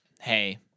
hey